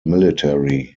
military